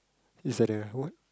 it's a dare what